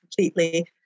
completely